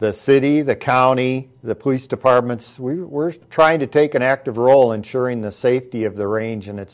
the city the county the police departments were trying to take an active role ensuring the safety of the range and it